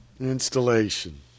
installation